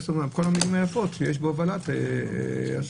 כל המילים היפות שיש בהובלת אסירים,